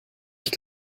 dich